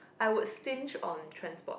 I would stinge on transport